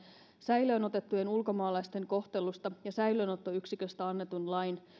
säilöön otettujen ulkomaalaisten kohtelusta ja säilöönottoyksiköstä annetun lain